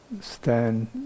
stand